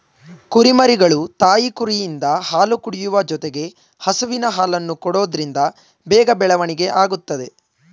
ಕುರಿಮರಿಗಳು ತಾಯಿ ಕುರಿಯಿಂದ ಹಾಲು ಕುಡಿಯುವ ಜೊತೆಗೆ ಹಸುವಿನ ಹಾಲನ್ನು ಕೊಡೋದ್ರಿಂದ ಬೇಗ ಬೆಳವಣಿಗೆ ಆಗುತ್ತದೆ